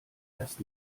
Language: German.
erst